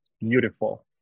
beautiful